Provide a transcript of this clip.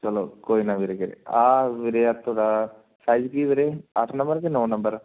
ਚਲੋ ਕੋਈ ਨਾ ਵੀਰੇ ਆ ਮੇਰੇ ਹੱਥ ਦਾ ਸਾਈਜ਼ ਕੀ ਵੀਰੇ ਅੱਠ ਨੰਬਰ ਕਿ ਨੌਂ ਨੰਬਰ